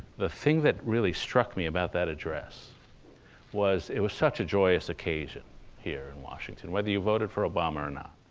the thing that really struck me about that address was it was such a joyous occasion here in washington whether you voted for obama or not.